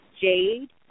jade